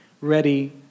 ready